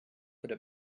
could